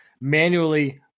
manually